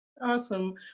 Awesome